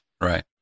Right